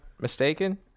mistaken